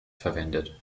verwendet